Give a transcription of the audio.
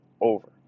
over